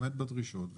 עומד בדרישות,